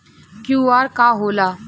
QR का होला?